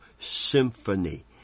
Symphony